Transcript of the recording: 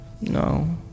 No